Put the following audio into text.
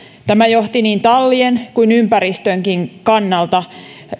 tämä johti niin tallien kuin ympäristönkin kannalta